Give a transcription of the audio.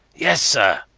yes, sir.